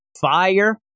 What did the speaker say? Fire